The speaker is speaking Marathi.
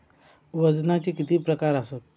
वजनाचे किती प्रकार आसत?